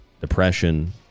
depression